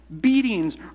beatings